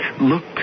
look